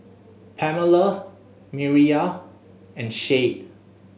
Pamela Mireya and Shade